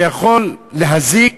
שיכול להזיק